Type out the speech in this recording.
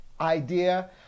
idea